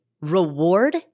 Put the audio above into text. reward